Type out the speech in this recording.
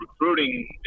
recruiting –